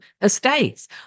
Estates